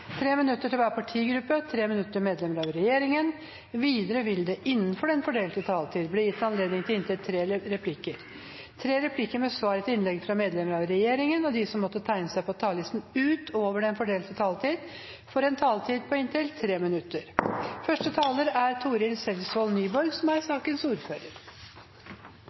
minutter til hver partigruppe og 3 minutter til medlemmer av regjeringen. Videre vil det innenfor den fordelte taletid bli gitt anledning til inntil tre replikker med svar etter innlegg fra medlemmer av regjeringen, og de som måtte tegne seg på talerlisten utover den fordelte taletiden, får en taletid på inntil 3 minutter.